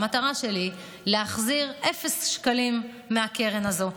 המטרה שלי היא להחזיר אפס שקלים מהקרן הזו,